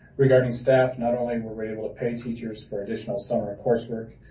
regarding staff, not only were were able to pay teachers for additional summer coursework,